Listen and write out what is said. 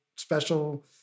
Special